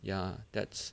ya that's